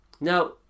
Now